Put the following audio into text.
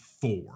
four